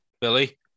Billy